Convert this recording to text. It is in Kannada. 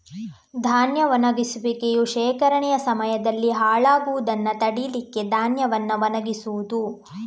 ಧಾನ್ಯ ಒಣಗಿಸುವಿಕೆಯು ಶೇಖರಣೆಯ ಸಮಯದಲ್ಲಿ ಹಾಳಾಗುದನ್ನ ತಡೀಲಿಕ್ಕೆ ಧಾನ್ಯವನ್ನ ಒಣಗಿಸುದು